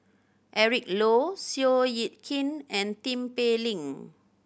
Eric Low Seow Yit Kin and Tin Pei Ling